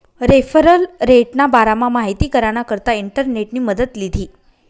referral रेटना बारामा माहिती कराना करता इंटरनेटनी मदत लीधी